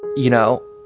you know,